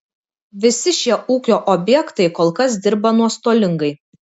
visi šie ūkio objektai kol kas dirba nuostolingai